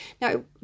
Now